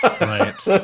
Right